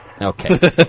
Okay